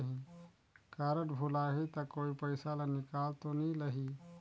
Card भुलाही ता कोई पईसा ला निकाल तो नि लेही?